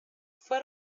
fue